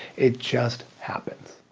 it just happens.